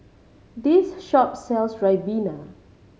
this shop sells ribena